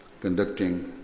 conducting